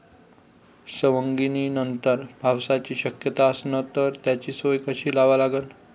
सवंगनीनंतर पावसाची शक्यता असन त त्याची सोय कशी लावा लागन?